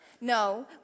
no